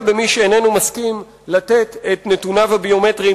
במי שאיננו מסכים לתת את נתוניו הביומטריים,